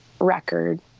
record